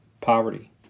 poverty